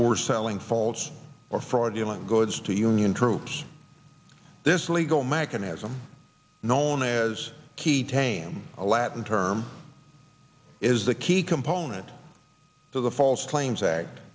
or selling falls or fraudulent goods to union troops this legal mechanism known as key tame a latin term is the key component to the false claims act